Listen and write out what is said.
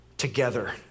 Together